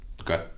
Okay